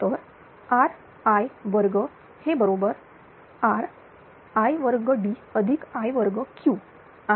तर rI2 हे बरोबर ri2d i2q आहे